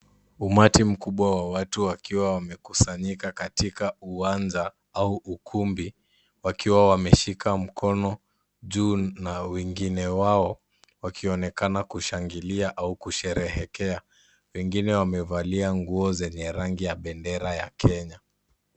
Umati mkubwa wa watu wakiwa wamekusanyika katika uwanja au ukumbi wakiwa wameshika mkono juu na wengine wao wakionekana kushangilia au kusherehekea. Wengine wamevalia nguo zenye rangi ya bendera ya Kenya.